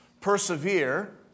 persevere